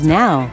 now